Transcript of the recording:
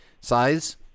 size